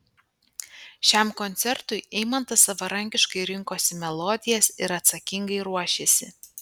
šiam koncertui eimantas savarankiškai rinkosi melodijas ir atsakingai ruošėsi